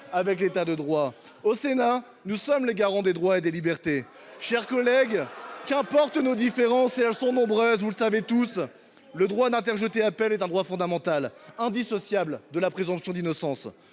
cela le droit ! Nous sommes, au Sénat, les garants des droits et des libertés. Mes chers collègues, qu’importe nos différences – et elles sont nombreuses –, vous le savez tous : le droit d’interjeter appel est un droit fondamental, indissociable de la présomption d’innocence.